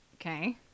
okay